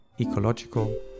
ecological